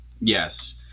yes